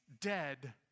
dead